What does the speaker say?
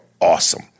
awesome